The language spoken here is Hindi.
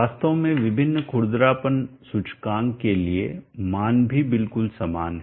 वास्तव में विभिन्न खुरदरापन सूचकांक के लिए मान भी बिल्कुल समान हैं